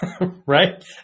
right